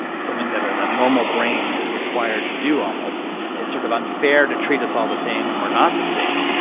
something that a normal brain is required to do almost and it's sort of unfair to treat us all the same when we're not the same.